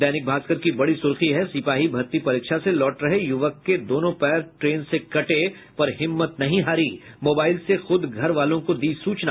दैनिक भास्कर की बड़ी सुर्खी है सिपाही भर्ती परीक्षा से लौट रहे युवक के दोनों पैर ट्रेन से कटे पर हिम्मत नहीं हारी मोबाईल से खुद घर वालों को दी सूचना